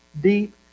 deep